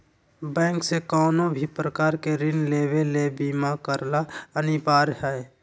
bank से कउनो भी प्रकार के ऋण लेवे ले बीमा करला अनिवार्य हय